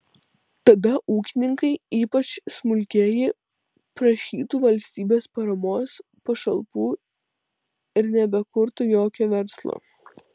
tada ūkininkai ypač smulkieji prašytų valstybės paramos pašalpų ir nebekurtų jokio verslo